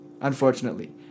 Unfortunately